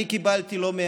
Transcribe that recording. גם אני לא מבין.